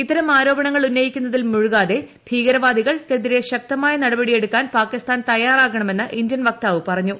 ഇത്തരം ആരോപണങ്ങൾ ഉന്നയിക്കുന്നതിൽ മുഴുകാതെ ഭീകരവാദികൾ ക്കെതിരെ ശക്തമായ നടപടിയെടുക്കാൻ പാകിസ്ഥാൻ തയ്യാറാകണമെന്ന് ഇന്തൃൻ വക്താവ് പറഞ്ഞു